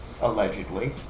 allegedly